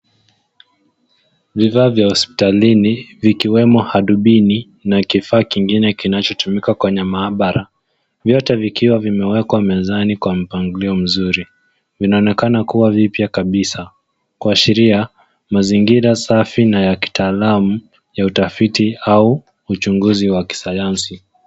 Bidhaa vya hospitalini vikiwemo hadubini na kifaa kingine kinachotumika kwenye maabara ,vyote vikiwa vimewekwa mezani kwa mpangilio mzuri. Vinaonekana kuwa vipya kabisa kuashiria mazingira safi na ya kitaalam ya utafiti au uchuguzi wa kisayansi.